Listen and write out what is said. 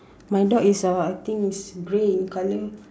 my dog is uh I think is grey in colour